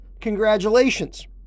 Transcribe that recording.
congratulations